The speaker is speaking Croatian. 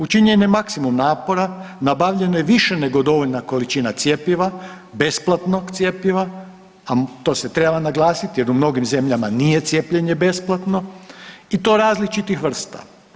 Učinjen je maksimum napora, nabavljeno je više nego dovoljna količina cjepiva, besplatnog cjepiva, a to se treba naglasiti jer u mnogim zemljama nije cijepljenje besplatno, i to različitih vrsta.